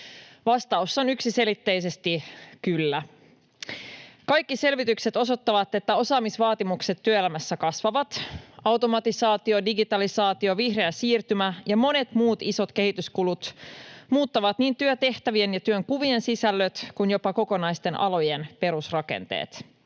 Vastaus on yksiselitteisesti ”kyllä”. Kaikki selvitykset osoittavat, että osaamisvaatimukset työelämässä kasvavat. Automatisaatio, digitalisaatio, vihreä siirtymä ja monet muut isot kehityskulut muuttavat niin työtehtävien ja työnkuvien sisällöt kuin jopa kokonaisten alojen perusrakenteet.